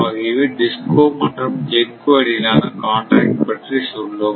ஆகியவை DISCO மற்றும் GENCO இடையிலான காண்ட்ராக்ட் பற்றி சொல்லும்